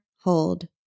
hold